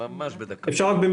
אפשר רק במשפט?